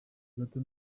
gato